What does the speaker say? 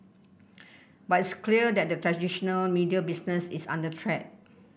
but it's clear that the traditional media business is under threat